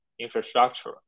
infrastructure